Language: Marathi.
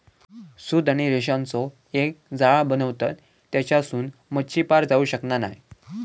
सूत आणि रेशांचो एक जाळा बनवतत तेच्यासून मच्छी पार जाऊ शकना नाय